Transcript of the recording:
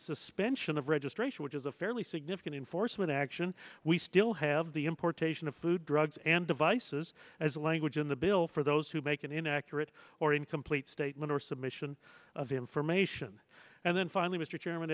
suspension of registration which is a fairly significant enforcement action we still have the importation of food drugs and devices as a language in the bill for those who make an inaccurate or incomplete statement or submission of information and then finally